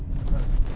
betul lah